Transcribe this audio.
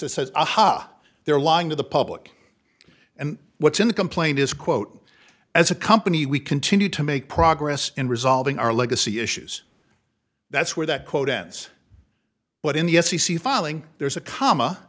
that says aha they're lying to the public and what's in the complaint is quote as a company we continue to make progress in resolving our legacy issues that's where that quote ends but in the f c c filing there's a comma